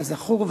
כזכור,